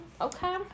Okay